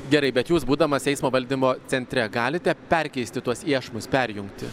gerai bet jūs būdamas eismo valdymo centre galite perkeisti tuos iešmus perjungti